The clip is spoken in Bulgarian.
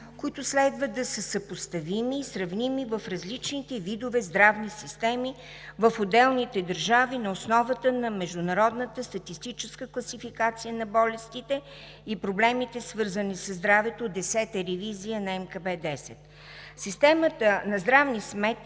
които следват да се съпоставими, сравними в различните видове здравни системи в отделните държави на основата на Международната статистическа класификация на болестите и проблемите свързани със здравето – Десета ревизия МКБ-10. Системата за здравни сметки